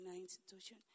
institution